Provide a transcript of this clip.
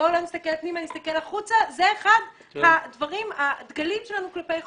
בואו לא נסתכל פנימה אלא נסתכל החוצה וזה אחד הדגלים שלנו כלפי חוץ.